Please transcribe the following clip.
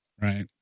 Right